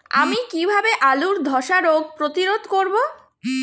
আমি কিভাবে আলুর ধ্বসা রোগ প্রতিরোধ করব?